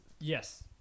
Yes